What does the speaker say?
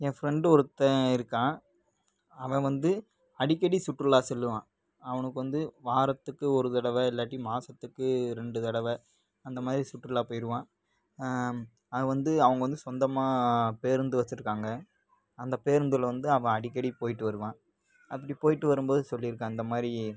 என் friend ஒருத்தன் இருக்கான் அவன் வந்து அடிக்கடி சுற்றுலா செல்லுவான் அவனுக்கு வந்து வாரத்துக்கு ஒரு தடவை இல்லாட்டி மாசத்துக்கு ரெண்டு தடவை அந்த மாதிரி சுற்றுலா போயிருவான் அது வந்து அவங்க வந்து சொந்தமாக பேருந்து வச்சிருக்காங்க அந்த பேருந்தில் வந்து அவன் அடிக்கடி போயிட்டு வருவான் அப்படி போயிட்டு வரும் போது சொல்லிருக்கான் இந்த மாதிரி